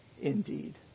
indeed